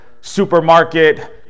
supermarket